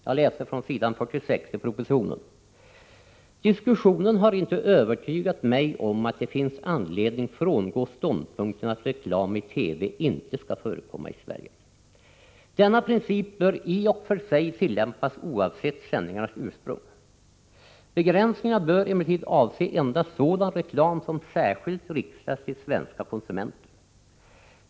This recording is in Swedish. Jag läser från s. 46 i propositionen: ”Diskussionen har inte övertygat mig om att det finns anledning frångå ståndpunkten att reklam i TV inte skall förekomma i Sverige. Denna princip bör i och för sig tillämpas oavsett sändningarnas ursprung. Begränsningarna bör emellertid avse endast sådan reklam som särskilt riktas till svenska konsumenter.